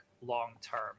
long-term